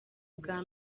bwa